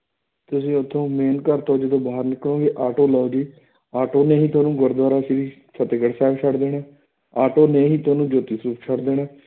ਤੁਸੀਂ ਉੱਥੋਂ ਮੇਨ ਘਰ ਤੋਂ ਜਦੋਂ ਬਾਹਰ ਨਿਕਲੋਗੇ ਆਟੋ ਲਓ ਜੀ ਆਟੋ ਨੇ ਹੀ ਤੁਹਾਨੂੰ ਗੁਰਦੁਆਰਾ ਸ਼੍ਰੀ ਫਤਿਹਗੜ੍ਹ ਸਾਹਿਬ ਛੱਡ ਦੇਣਾ ਆਟੋ ਨੇ ਹੀ ਤੁਹਾਨੂੰ ਜੋਤੀ ਸਰੂਪ ਛੱਡ ਦੇਣਾ